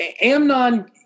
Amnon